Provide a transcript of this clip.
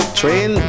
train